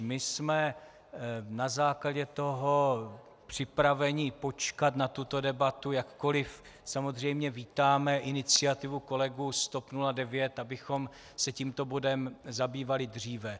My jsme na základě toho připraveni počkat na tuto debatu, jakkoli samozřejmě vítáme iniciativu kolegů z TOP 09, abychom se tímto bodem zabývali dříve.